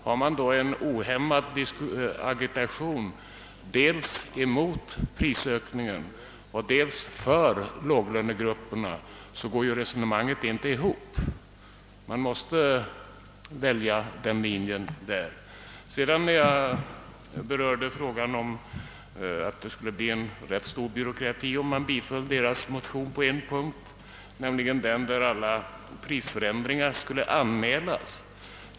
För man då en ohämmad agitation dels mot prisökningen, dels för låglönegrupperna måste det konstateras att resonemanget inte går ihop. Man måste välja linje. | Vidare framhöll jag att det skulle bli rätt stor byråkrati, om man biföll motionärernas yrkande på en punkt, nämligen att alla prisändringar skulle an mälas.